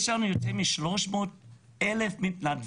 יש לנו יותר מ-300,000 מתנדבים.